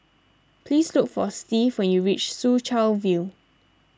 please look for Steve when you reach Soo Chow View